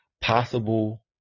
possible